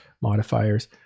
modifiers